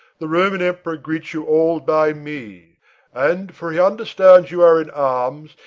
the roman emperor greets you all by me and, for he understands you are in arms,